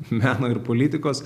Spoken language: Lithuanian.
meno ir politikos